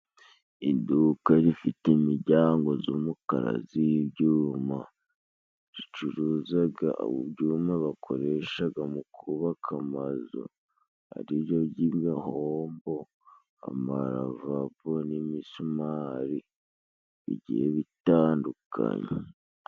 Iduka rifite imiryango z'umokara z'ibyuma Ricuruzaga ibyuma bakoreshaga mu kubaka amazu, ari byo by'ibihombo, amaravabo n'imisumari bigiye bitandukanye.